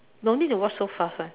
don't need to walk so fast [one]